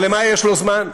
אבל למה יש לו זמן?